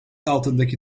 altındaki